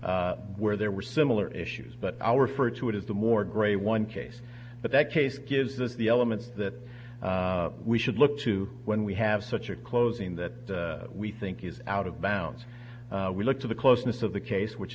case where there were similar issues but our for two is the more gray one case but that case gives us the elements that we should look to when we have such a closing that we think is out of bounds we look to the closeness of the case which